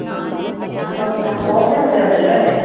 ആം അപ്പോള് ഓഫറൊക്കെ ഉണ്ടല്ലോ അല്ലേ